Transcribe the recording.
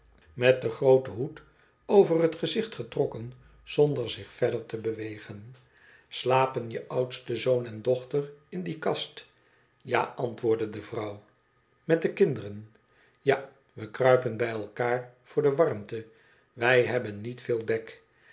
met den grooten hoed over het gezicht getrokken zonder zich verder te bewegen slapen je oudste zoon en dochter in die kast ja antwoordde de vrouw met de kinderen ja we kruipen bij elkaar voor de warmte wij hebben niet veel dek